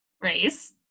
raise